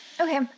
okay